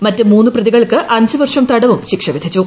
മറ്റ് മൂന്ന് പ്രതികൾക്ക് അഞ്ച് വർഷം തടവും ശിക്ഷ വിധിച്ചു